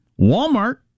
Walmart